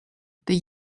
the